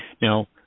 Now